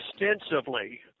extensively